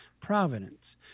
Providence